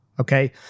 okay